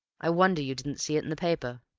i wonder you didn't see it in the paper.